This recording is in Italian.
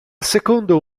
secondo